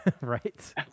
Right